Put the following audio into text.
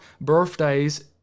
birthdays